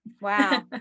Wow